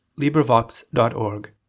LibriVox.org